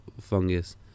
fungus